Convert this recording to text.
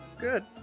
Good